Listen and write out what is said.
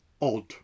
odd